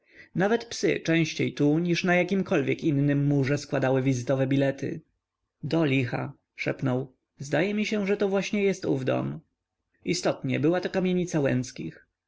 nawet psy częściej tu niż na jakimkolwiek innym murze składały wizytowe bilety do licha szepnął zdaje mi się że to właśnie jest ów dom istotnie była to kamienica